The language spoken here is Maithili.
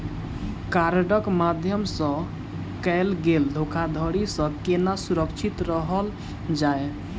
कार्डक माध्यम सँ कैल गेल धोखाधड़ी सँ केना सुरक्षित रहल जाए?